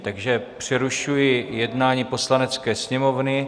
Takže přerušuji jednání Poslanecké sněmovny.